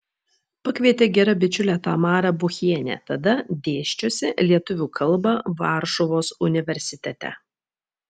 pakvietė gera bičiulė tamara buchienė tada dėsčiusi lietuvių kalbą varšuvos universitete